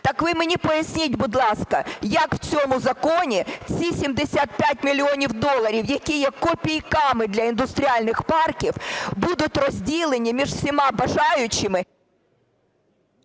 Так ви мені поясніть, будь ласка, як в цьому законі ці 75 мільйонів доларів, які є копійками для індустріальних парків, будуть розділені між всіма бажаючими…